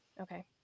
Okay